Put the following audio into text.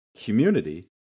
Community